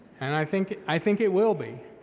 and i think, i think it will be.